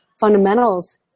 fundamentals